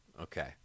Okay